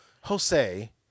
Jose